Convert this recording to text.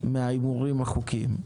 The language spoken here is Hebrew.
מההימורים החוקיים.